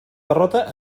derrota